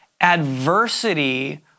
Adversity